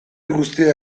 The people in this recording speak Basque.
guztia